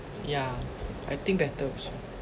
yeah I think better also